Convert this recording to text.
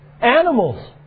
animals